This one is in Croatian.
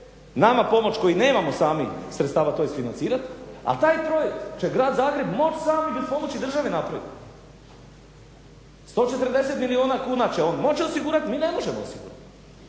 nama pomoć koji nemamo sami sredstava to isfinancirati, a taj projekt će grad Zagreb moć sam i bez pomoći države napravit. 140 milijuna kuna će on moći osigurati, mi ne možemo osigurati,